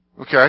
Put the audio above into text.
Okay